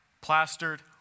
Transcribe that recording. plastered